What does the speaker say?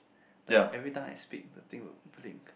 like every time I speak the thing will blink